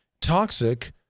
toxic